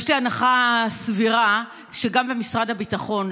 יש לי הנחה סבירה שגם במשרד הביטחון,